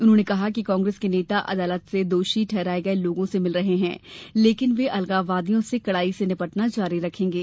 उन्होंने कहा कि कांग्रेस के नेता अदालत से दोषी ठहराए गए लोगों से मिल रहे हैं लेकिन वे अलगाववादियों से कड़ाई से निपटना जारी रखेंगे